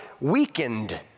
weakened